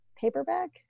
paperback